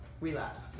relapse